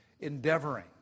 endeavoring